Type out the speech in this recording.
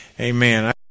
Amen